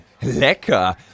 Lecker